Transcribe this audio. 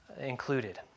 included